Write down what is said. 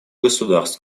государств